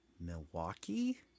Milwaukee